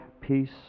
peace